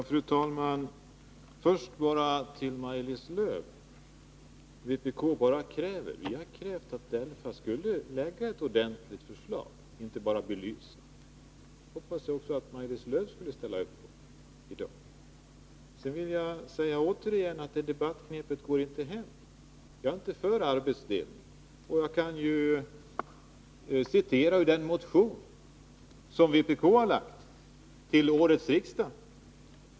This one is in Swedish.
Fru talman! Först till Maj-Lis Lööw. Vpk har krävt att DELFA skall lägga fram ett ordentligt förslag och inte bara belysa. Det hoppades jag att också Maj-Lis Lööw skulle ställa upp på i dag. Jag vill återigen säga att debattknepet inte går hem — jag är inte för arbetsdelning. Jag kan citera ur den motion som vpk har väckt till årets riksdag.